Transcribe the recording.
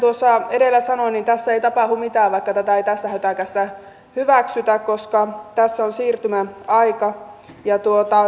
edellä sanoin tässä ei tapahdu mitään vaikka tätä ei tässä hötäkässä hyväksytä koska tässä on siirtymäaika ja